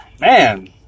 man